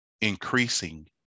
increasing